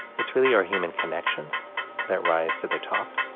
it's really our human connections that rise to the top.